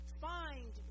find